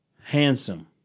Handsome